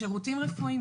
משירותים רפואיים.